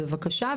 בבקשה,